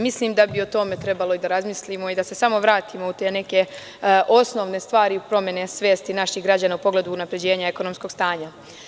Mislim da bi o tome trebalo i da razmislimo i da se samo vratimo u te neke osnovne stvari promene svesti naših građana, u pogledu unapređenja ekonomskog stanja.